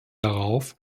darauf